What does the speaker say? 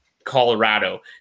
Colorado